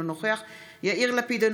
אינו נוכח יאיר לפיד,